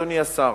אדוני השר,